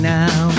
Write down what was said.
now